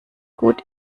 gut